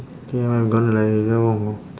K I'm gonna like you know